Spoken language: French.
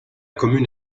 commune